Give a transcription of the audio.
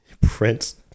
Prince